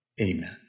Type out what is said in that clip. amen